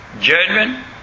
judgment